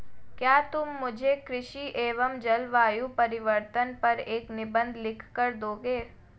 क्या तुम मुझे कृषि एवं जलवायु परिवर्तन पर एक निबंध लिखकर दोगे?